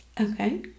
okay